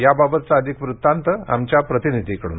याबाबतचा अधिक वृत्तांत आमच्या प्रतिनिधीकडून